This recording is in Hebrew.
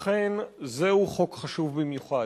אכן, זהו חוק חשוב במיוחד.